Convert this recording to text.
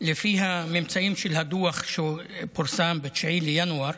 לפי הממצאים של הדוח שפורסם ב-9 בינואר,